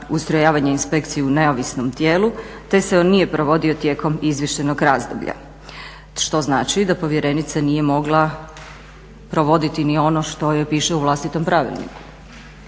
ustrojavanje inspekcije u neovisnom tijelu, te se on nije provodio tijekom izvještajnog razdoblja što znači da povjerenica nije mogla provoditi ni ono što joj piše u vlastitom pravilniku.